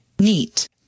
Neat